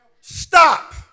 Stop